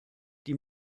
die